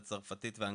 הצרפתית והאנגלית,